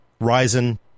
Ryzen